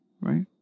right